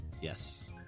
Yes